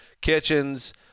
Kitchens